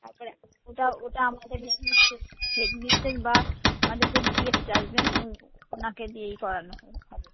তার পরে ওটা ওটা আমাদের হেডমিস্ট্রেস হেডমিস্ট্রেস বা আমাদের যে গেস্ট আসবেন ওনাকে দিয়েই করানো হবে